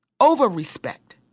over-respect